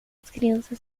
crianças